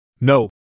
No